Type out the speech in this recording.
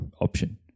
option